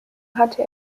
hatte